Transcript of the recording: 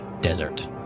desert